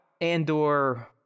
Andor